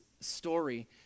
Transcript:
story